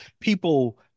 people